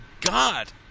God